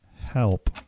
Help